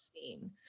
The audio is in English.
seen